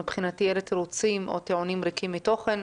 מבחינתי אלה תירוצים או טיעונים ריקים מתוכן.